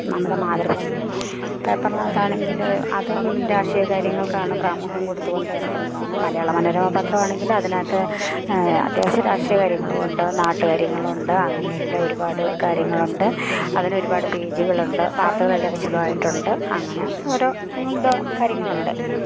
നമ്മുടെ മാതൃഭൂമി പേപ്പർ മാത്രാണെങ്കില് അതും രാഷ്ട്രീയ കാര്യങ്ങൾക്കാണ് പ്രാമുഖ്യം കൊടുത്തു കൊണ്ട് ഇറക്കുന്നതാണ് മലയാള മനോരമ പത്രവാണെങ്കില് അതിനകത്ത് അത്യാവശ്യം രാഷ്ട്രീയ കാര്യങ്ങളുമുണ്ട് നാട്ടുകാര്യങ്ങളുണ്ട് അങ്ങനെയെല്ലാം ഒരുപാട് കാര്യങ്ങളുണ്ട് അതിനൊരുപാട് പേജുകളുണ്ട് വാർത്തകളെല്ലാം വിശദമായിട്ടുണ്ട് അങ്ങനെ ഓരോ അങ്ങനത്തെ കാര്യങ്ങളുണ്ട്